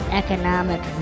economic